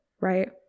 right